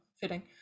fitting